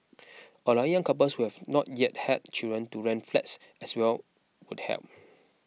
allowing young couples who have not yet had children to rent flats as well would help